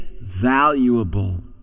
valuable